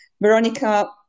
Veronica